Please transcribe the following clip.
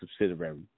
subsidiary